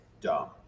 dumb